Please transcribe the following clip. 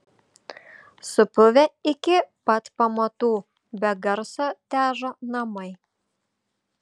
supuvę iki pat pamatų be garso težo namai